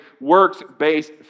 works-based